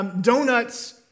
donuts